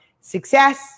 success